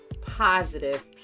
positive